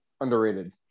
underrated